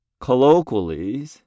colloquially